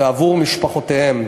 ועבור משפחותיהם.